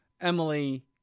Emily